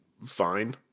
fine